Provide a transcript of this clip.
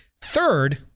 Third